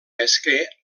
esquer